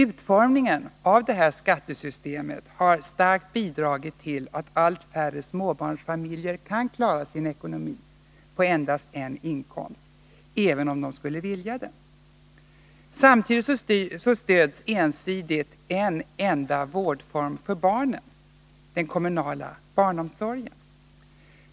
Utformningen av detta skattesystem harstarkt bidragit till att allt färre småbarnsfamiljer kan klara sin ekonomi på endast en inkomst, även om de skulle vilja det. Samtidigt stöds ensidigt en enda vårdform för barnen, den kommunala barnomsorgen.